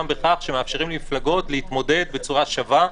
בכך שמאפשרים למפלגות להתמודד בצורה שווה,